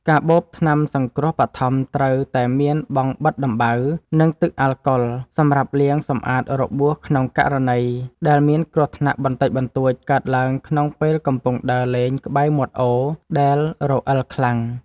កាបូបថ្នាំសង្គ្រោះបឋមត្រូវតែមានបង់បិទដំបៅ និង ទឹកអាល់កុលសម្រាប់លាងសម្អាតរបួសក្នុងករណីដែលមានគ្រោះថ្នាក់បន្តិចបន្តួចកើតឡើងក្នុងពេលកំពុងដើរលេងក្បែរមាត់អូរដែលរអិលខ្លាំង។